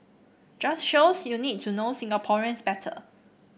just shows you need to know Singaporeans better